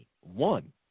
One